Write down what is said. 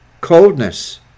coldness